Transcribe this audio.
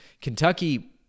kentucky